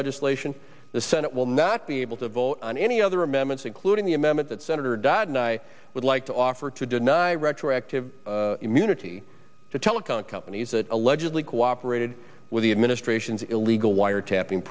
legislation the senate will not be able to vote on any other amendments including the amendment that senator dodd and i would like to offer to deny retroactive immunity to telecom companies that allegedly cooperated with the administration's illegal wiretapping